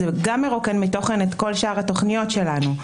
זה גם מרוקן מתוכן את כל שאר התוכניות שלנו.